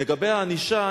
לגבי הענישה,